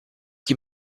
qui